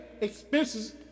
expenses